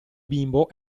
bimbo